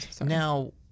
now